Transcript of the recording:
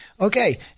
Okay